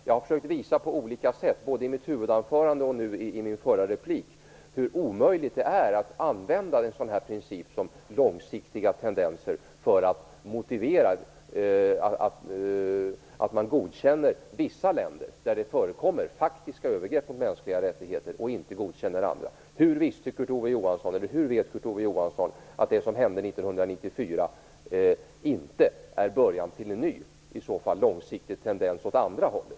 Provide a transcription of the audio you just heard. Jag har på olika sätt - både i mitt huvudanförande och i min förra replik - försökt att visa på hur omöjligt det är att tillämpa en sådan princip som detta med långsiktiga tendenser för att motivera att man godkänner vissa länder där det förekommer faktiska övergrepp mot mänskliga rättigheter medan man inte godkänner andra länder. Hur vet Kurt Ove Johansson att det som hände 1994 inte är början till en ny långsiktig tendens åt andra hållet?